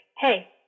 Hey